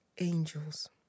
angels